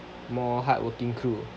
more hardworking crew